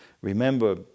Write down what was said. Remember